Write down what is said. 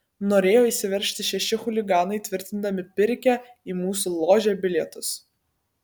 norėjo įsiveržti šeši chuliganai tvirtindami pirkę į mūsų ložę bilietus